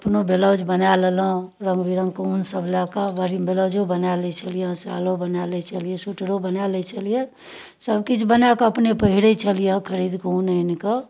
अपनो ब्लाउज बना लेलहुँ रङ्ग विरङ्गके उन सब लए कऽ ब्लाउजो बना लै छलियै आओर शॉलो बना लै छलियै स्वेटरो बना लै छलियै सब किछु बनाकऽ अपने पहिरै छलियै खरीदकऽ उन आनिकऽ